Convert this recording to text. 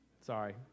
Sorry